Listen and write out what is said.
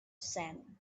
sand